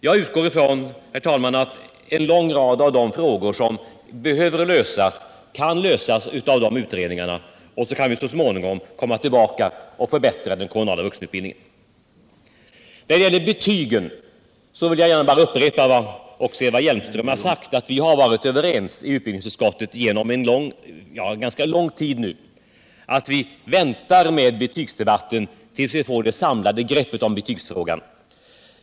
Jag utgår ifrån, herr talman, att en rad av de frågor som behöver lösas kan lösas i de utredningarna, och sedan kan vi så småningom komma tillbaka och förbättra den kommunala vuxenutbildningen. När det gäller betygen kan jag upprepa vad Eva Hjelmström också har sagt, nämligen att vi har varit överens i utbildningsutskottet under en ganska lång tid om att vi bör vänta med betygsdebatten tills vi får det samlade greppet om betygsfrågan.